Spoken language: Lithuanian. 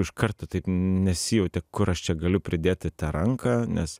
iš karto taip nesijautė kur aš čia galiu pridėti tą ranką nes